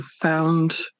found